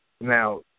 Now